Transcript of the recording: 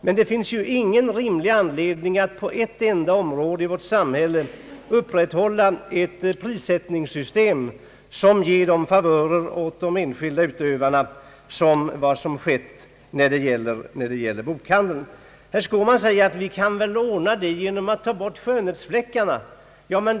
Men det finns ingen rimlig anledning att på ett enda område i vårt samhälle upprätthålla ett prissättningssystem som ger sådana favörer åt de enskilda näringsidkarna som skett i bokhandelsbranschen. Herr Skårman säger att vi kan ordna det hela genom att ta bort skönhetsfläckarna i det nuvarande systemet.